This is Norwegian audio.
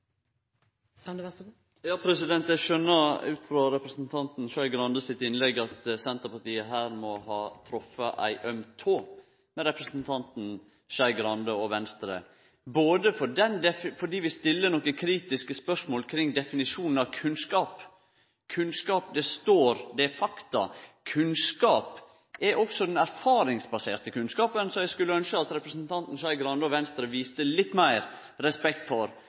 Eg skjønar ut frå representanten Skei Grande sitt innlegg at Senterpartiet her må ha tråkka på ei øm tå hjå representanten Skei Grande og Venstre, fordi vi stiller nokre kritiske spørsmål kring definisjonen av kunnskap. Kunnskap består av fakta, men kunnskap er også den erfaringsbaserte kunnskapen, som eg skulle ynskje at representanten Skei Grande og Venstre viste litt meir respekt for